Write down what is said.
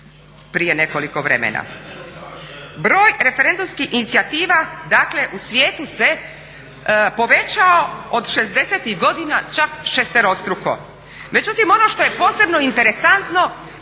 prije nekoliko vremena. Broj referendumskih inicijativa dakle u svijetu se povećao od '60.-tih godina čak šesterostruko. Međutim, ono što je posebno interesantno